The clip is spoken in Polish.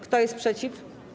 Kto jest przeciw?